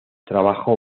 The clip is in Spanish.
trabajó